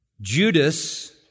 Judas